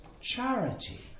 charity